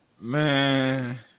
Man